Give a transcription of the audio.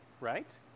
right